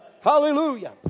Hallelujah